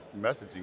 messaging